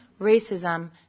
racism